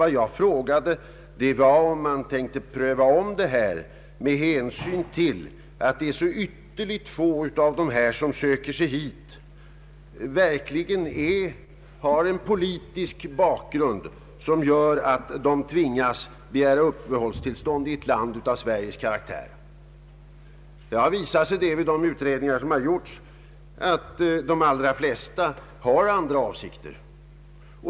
Vad jag frågade var emellertid om regeringen tänker ompröva villkoren för uppehållstillstånd med hänsyn till att så ytterst få av dem som söker sig hit verkligen har ett politiskt motiv till bakgrund, som gör att de tvingas begära uppehållstillstånd i ett land av Sveriges karaktär. Det har visat sig, enligt de utredningar som gjorts, att de allra flesta har andra avsikter.